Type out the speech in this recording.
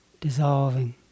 dissolving